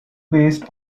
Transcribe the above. based